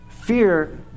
Fear